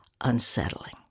unsettling